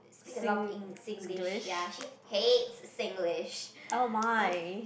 speak a lot of Eng~ Singlish ya she hates Singlish